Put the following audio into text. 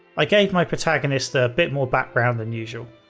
i gave my protagonist a bit more background than usual.